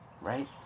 right